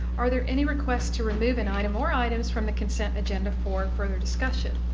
are there any requests to remove an item or items from the consent agenda for further discussion?